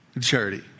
Charity